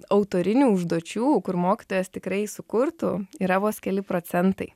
autorinių užduočių kur mokytojas tikrai sukurtų yra vos keli procentai